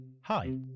Hi